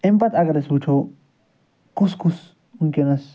اَمہِ پَتہٕ اگر أسۍ وُچھو کُس کُس وُنٛکیٚس